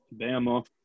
Bama